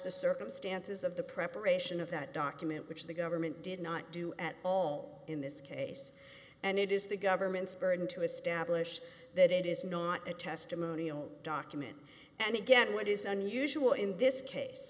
the circumstances of the preparation of that document which the government did not do at all in this case and it is the government's burden to establish that it is not a testimonial document and again what is unusual in this case